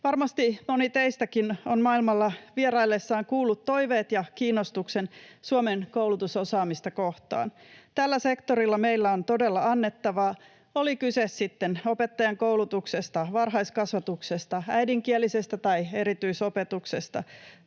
Varmasti moni teistäkin on maailmalla vieraillessaan kuullut toiveet ja kiinnostuksen Suomen koulutusosaamista kohtaan. Tällä sektorilla meillä on todella annettavaa, oli kyse sitten opettajankoulutuksesta, varhaiskasvatuksesta, äidinkielisestä tai erityisopetuksesta